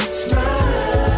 smile